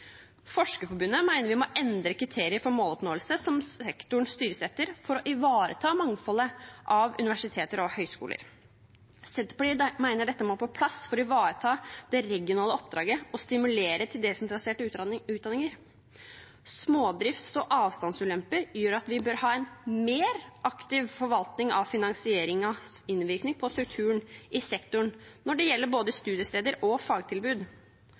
Forskerforbundet mener vi må endre kriteriene for måloppnåelse som sektoren styres etter, for å ivareta mangfoldet av universiteter og høyskoler. Senterpartiet mener at dette må på plass for å ivareta det regionale oppdraget og stimulere til desentraliserte utdanninger. Smådrifts- og avstandsulemper gjør at vi bør ha en mer aktiv forvaltning av finanseringens innvirkning på strukturen i sektoren når det gjelder både studiesteder og fagtilbud.